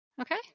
Okay